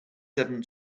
seven